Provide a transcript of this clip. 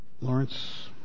Lawrence